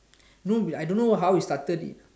no I don't know how it started